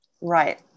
Right